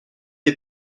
des